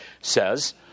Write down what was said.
says